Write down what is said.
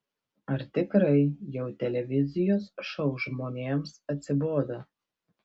ar tikrai jau televizijos šou žmonėms atsibodo